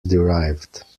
derived